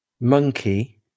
Monkey